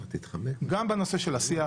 גם בנושא של השיח,